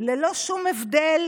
ללא שום הבדל